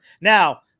Now